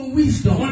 wisdom